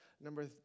number